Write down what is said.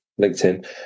linkedin